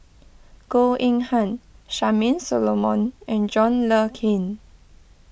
Goh Eng Han Charmaine Solomon and John Le Cain